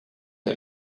her